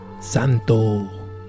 Santo